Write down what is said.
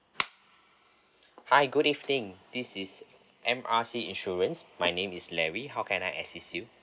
hi good evening this is M R C insurance my name is larry how can I assist you